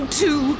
two